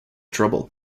trouble